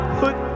put